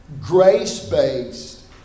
grace-based